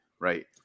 Right